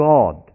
God